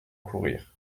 courir